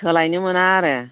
सोलायनो मोना आरो